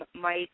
Mike